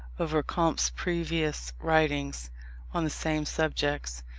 over comte's previous writings on the same subjects